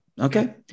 Okay